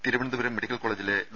Thiruvananthapuram medical കോളേജിലെ ഡോ